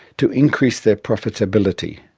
to increase their profitability,